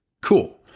Cool